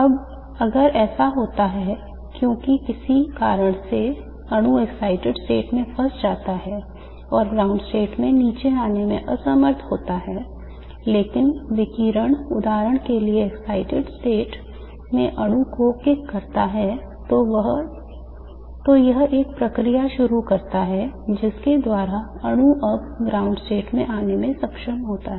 अब अगर ऐसा होता है क्योंकि किसी कारण से अणु excited state में फंस जाता है और ground state में नीचे आने में असमर्थ होता है लेकिन विकिरण उदाहरण के लिए excited state में अणु को किक करता है तो यह एक प्रक्रिया शुरू करता है जिसके द्वारा अणु अब ground state में आने में सक्षम होता है